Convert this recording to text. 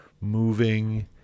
moving